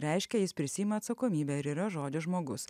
reiškia jis prisiima atsakomybę ir yra žodžio žmogus